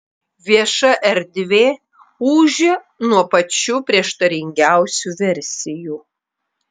vieša erdvė ūžia nuo pačių prieštaringiausių versijų